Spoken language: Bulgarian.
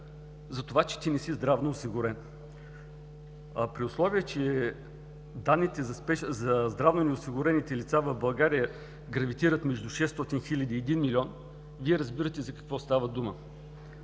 за това, че ти не си здравно осигурен. При условие че данните за здравно неосигурените лица в България гравитират между 600 хиляди и 1 милион, Вие разбирате за какво става дума.